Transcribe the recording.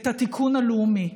את התיקון הלאומי.